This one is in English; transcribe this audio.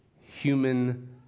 human